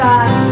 God